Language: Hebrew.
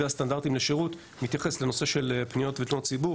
הסטנדרטים לשירות מתייחס לנושא של פניות ותלונות ציבור.